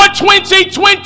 2020